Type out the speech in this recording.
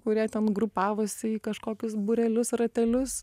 kurie ten grupavosi į kažkokius būrelius ratelius